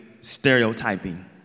stereotyping